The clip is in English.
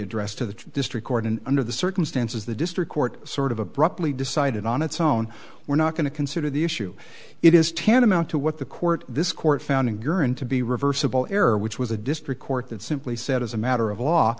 addressed to the district court and under the circumstances the district court sort of abruptly decided on its own we're not going to consider the issue it is tantamount to what the court this court found gurren to be reversible error which was a district court that simply said as a matter of law